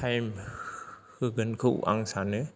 time होगोनखौ आं सानो